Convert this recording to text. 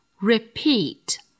Repeat